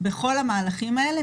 בכל המהלכים האלה,